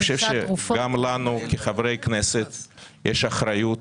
גם לנו כחברי כנסת יש אחריות,